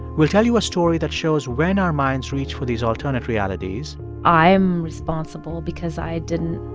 we'll tell you a story that shows when our minds reach for these alternate realities i'm responsible because i didn't